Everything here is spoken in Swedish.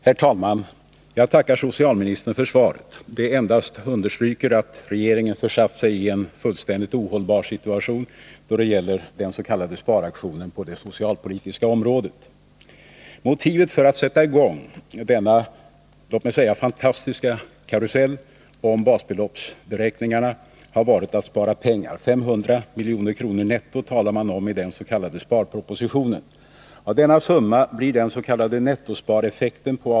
Herr talman! Jag tackar socialministern för svaret. Det endast understryker att regeringen försatt sig i en fullständigt ohållbar situation då det gäller den s.k. sparaktionen på det socialpolitiska området. Motivet för att sätta i gång denna, låt mig säga det, fantastiska, karusell om basbeloppsberäkningarna har varit att spara pengar — 500 milj.kr. netto talar man om i den s.k. sparpropositionen. Av denna summa blir den s.k.